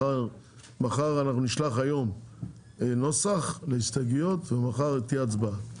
אנחנו נשלח היום נוסח להסתייגויות ומחר תהיה הצבעה,